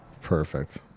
Perfect